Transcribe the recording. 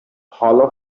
hollow